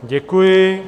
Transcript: Děkuji.